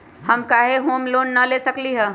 हम काहे home loan न ले सकली ह?